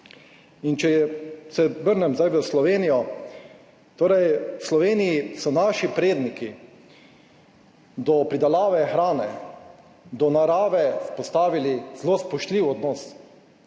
In če se vrnem zdaj v Slovenijo. Torej v Sloveniji so naši predniki do pridelave hrane, do narave vzpostavili zelo spoštljiv odnos.